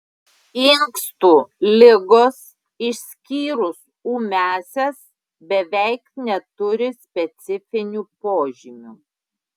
inkstų ligos išskyrus ūmiąsias beveik neturi specifinių požymių